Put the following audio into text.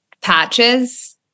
Patches